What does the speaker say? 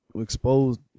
exposed